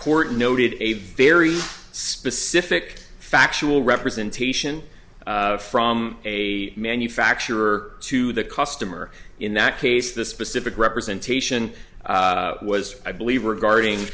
court noted a very specific factual representation from a manufacturer to the customer in that case the specific representation was i believe regarding